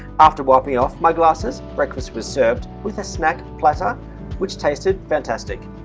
after wiping off my glasses breakfast was served with a smack platter which tasted fantastic